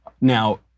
Now